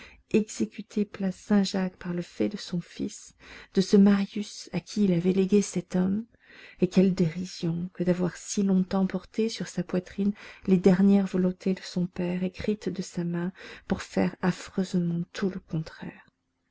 exécuté place saint-jacques par le fait de son fils de ce marius à qui il avait légué cet homme et quelle dérision que d'avoir si longtemps porté sur sa poitrine les dernières volontés de son père écrites de sa main pour faire affreusement tout le contraire